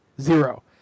zero